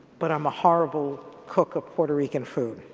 but i'm a horrible cook of puerto rican food.